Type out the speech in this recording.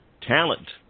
talent